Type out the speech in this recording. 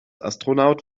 astronaut